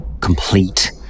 complete